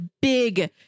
big